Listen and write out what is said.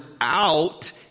out